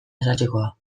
azaltzekoa